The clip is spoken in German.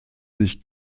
sich